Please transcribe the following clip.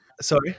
Sorry